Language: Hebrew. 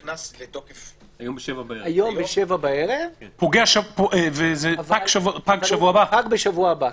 זה נכנס לתוקף הערב ב-19:00 ופג רק בשבוע הבא,